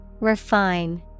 Refine